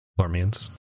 Lormians